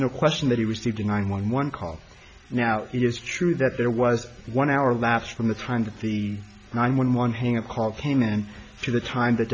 no question that he received a nine one one call now it is true that there was one hour last from the time that the nine one one hang up call came in for the time t